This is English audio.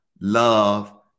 love